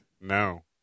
No